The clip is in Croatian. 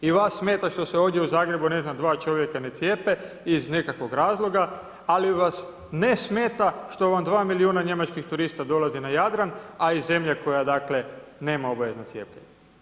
I vas smeta što se ovdje u Zagrebu, ne znam, dva čovjeka ne cijepe iz nekakvog razloga, ali vas ne smeta što vam 2 milijuna njemačkih turista dolazi na Jadran, a iz zemlje koja dakle, nema obavezno cijepljenje.